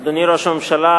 אדוני ראש הממשלה,